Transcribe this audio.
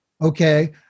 Okay